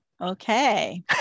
okay